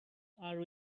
are